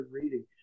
reading